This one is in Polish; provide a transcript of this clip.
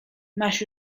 masz